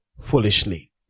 foolishly